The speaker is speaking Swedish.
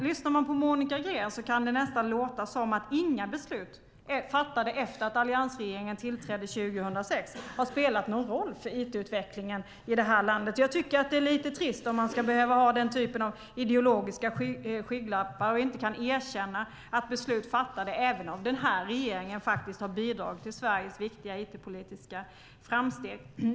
Lyssnar man på Monica Green kan det nästan låta som att inga beslut som är fattade efter att alliansregeringen tillträdde 2006 har spelat någon roll för it-utvecklingen i det här landet. Det är lite trist att man ska behöva ha den typen av ideologiska skygglappar och inte kan erkänna att beslut fattade även av denna regering har bidragit till Sveriges viktiga it-politiska framsteg.